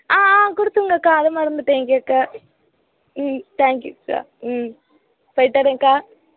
ஆ ஆ கொடுத்துருங்கக்கா அதை மறந்துவிட்டேன் கேட்க ம் தேங்க்யூக்கா ம் போயிட்டுரேன்க்கா